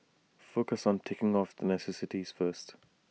focus on ticking off the necessities first